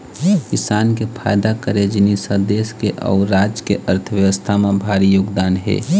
किसान के पइदा करे जिनिस ह देस के अउ राज के अर्थबेवस्था म भारी योगदान हे